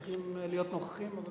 צריכים להיות נוכחים.